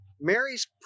Mary's